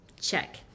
Check